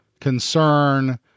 concern